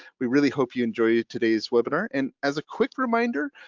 we really hope you enjoy today's webinar. and as a quick reminder,